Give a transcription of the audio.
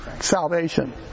Salvation